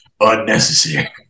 Unnecessary